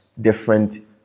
different